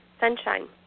Sunshine